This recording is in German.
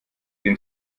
den